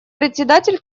председатель